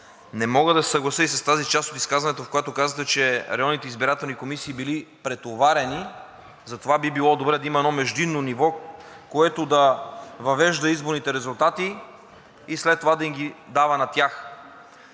Не мога да се съглася и с тази част от изказването, в която казвате, че районните избирателни комисии били претоварени, затова би било добре да има едно междинно ниво, което да въвежда изборните резултати и след това да им ги дава на тях.